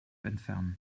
entfernen